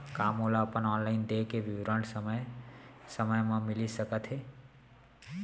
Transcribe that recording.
का मोला अपन ऑनलाइन देय के विवरण समय समय म मिलिस सकत हे?